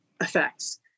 effects